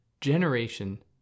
generation